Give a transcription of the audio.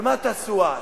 ומה תעשו אז?